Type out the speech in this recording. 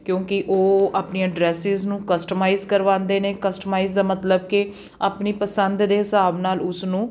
ਕਿਉਂਕਿ ਉਹ ਆਪਣੀਆਂ ਡਰੈਸਿਸ ਨੂੰ ਕਸਟਮਾਈਜ਼ ਕਰਵਾਉਂਦੇ ਨੇ ਕਸਟਮਾਈਜ਼ ਦਾ ਮਤਲਬ ਕਿ ਆਪਣੀ ਪਸੰਦ ਦੇ ਹਿਸਾਬ ਨਾਲ ਉਸਨੂੰ